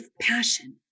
passion